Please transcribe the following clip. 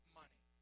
money